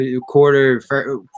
quarter